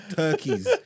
turkeys